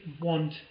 want